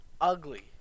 ugly